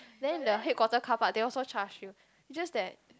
then the headquarter carpark they also charge you it's just that